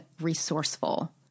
resourceful